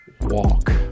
walk